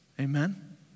Amen